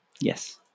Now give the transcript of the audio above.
Yes